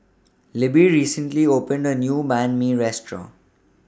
Libbie recently opened A New Banh MI Restaurant